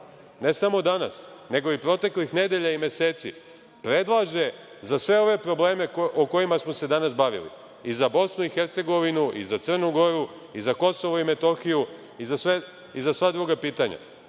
ne samo danas, nego i proteklih nedelja i meseci, predlaže za sve ove probleme o kojima smo se danas bavili i za BiH i za Crnu Goru i za KiM i za sva druga pitanja. Svi